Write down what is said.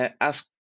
ask